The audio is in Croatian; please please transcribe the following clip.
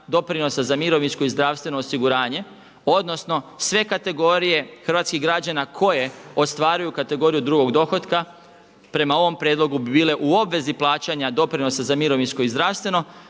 doprinosa za mirovinsko i zdravstveno osiguranje, odnosno sve kategorije hrvatskih građana koje ostvaruju kategoriju drugog dohotka prema ovom prijedlogu bi bile u obvezi plaćanja doprinosa za mirovinsko i zdravstveno.